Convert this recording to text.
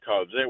Cubs